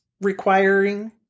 requiring